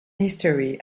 history